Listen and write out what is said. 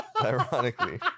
ironically